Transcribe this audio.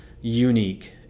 unique